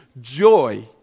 joy